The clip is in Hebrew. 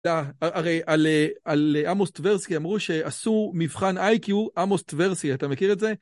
הרי על אמוס טברסקי אמרו שעשו מבחן איי-קיו אמוס טברסקי, אתה מכיר את זה?